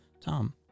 Tom